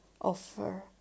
offer